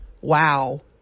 Wow